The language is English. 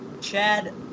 Chad